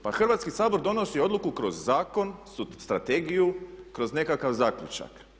Pa Hrvatski sabor donosi odluku kroz zakon, strategiju, kroz nekakav zaključak.